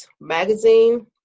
Magazine